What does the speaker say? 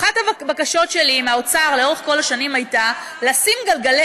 אחת הבקשות שלי מהאוצר לאורך כל השנים הייתה לשים גלגלי